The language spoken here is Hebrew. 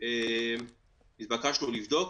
התבקשנו לבדוק,